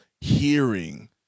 hearing